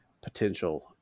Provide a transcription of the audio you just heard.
potential